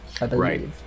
Right